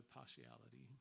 partiality